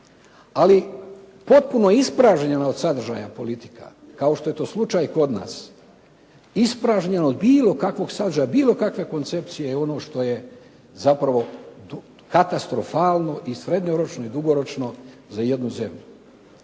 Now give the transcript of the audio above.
ali potpuno je ispražnjeno od sadržaja politike, kao što je to slučaj kod nas. Ispražnjeno od bilo kakvog sadržaja, bilo kakve koncepcije, ono što je zapravo katastrofalno i srednjoročno i dugoročno za jednu zemlju.